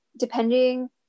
depending